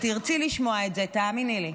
את תרצי לשמוע את זה, האמיני לי.